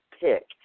pick